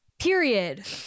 Period